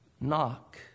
knock